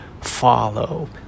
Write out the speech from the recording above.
follow